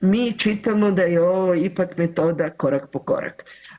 Mi čitamo da je ovo ipak metoda korak po korak.